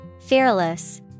Fearless